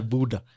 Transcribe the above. Buddha